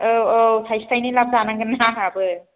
औ औ थाइसे थाइनै लाभ जानांगोन ना आंहाबो